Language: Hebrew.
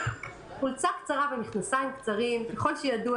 חולצה קצרה ומכנסיים קצרים ככל הידוע